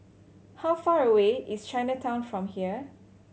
how far away is Chinatown from here